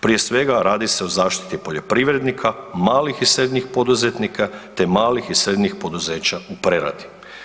Prije svega radi se o zaštiti poljoprivrednika, malih i srednjih poduzetnika, te malih i srednjih poduzeća u preradi.